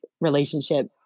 relationship